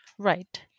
Right